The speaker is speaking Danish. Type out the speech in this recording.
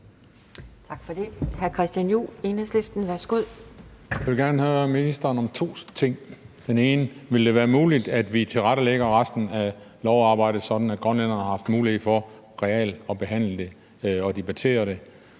Jeg vil gerne høre ministeren om to ting. Den ene: Vil det være muligt, at vi tilrettelægger resten af lovarbejdet sådan, at grønlænderne har mulighed for reelt at behandle det og debattere det?